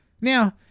Now